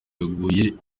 yaguye